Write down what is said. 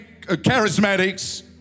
charismatics